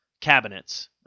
cabinets